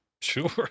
Sure